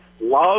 love